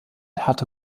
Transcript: hatte